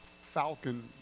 Falcon